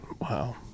Wow